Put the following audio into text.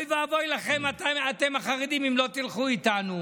אוי ואבוי לכם, אתם, החרדים, אם לא תלכו איתנו.